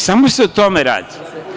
Samo se o tome radi.